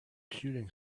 shooting